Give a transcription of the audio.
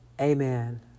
Amen